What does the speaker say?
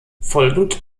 folgend